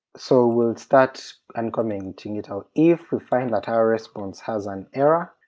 so we'll start uncommenting it out, if we find that our response has an error,